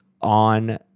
on